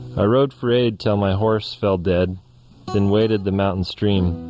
i rode for aid till my horse fell dead then waded the mountain stream.